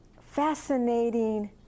fascinating